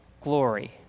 glory